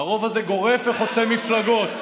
הרוב הזה גורף וחוצה מפלגות,